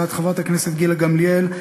הצעת חברת הכנסת גילה גמליאל,